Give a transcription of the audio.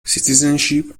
citizenship